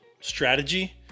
strategy